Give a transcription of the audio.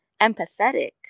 empathetic